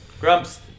Grumps